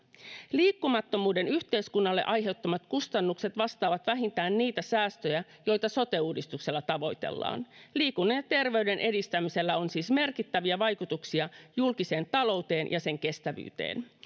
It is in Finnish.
liikkumattomuuden yhteiskunnalle aiheuttamat kustannukset vastaavat vähintään niitä säästöjä joita sote uudistuksella tavoitellaan liikunnan ja terveyden edistämisellä on siis merkittäviä vaikutuksia julkiseen talouteen ja sen kestävyyteen